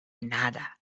nada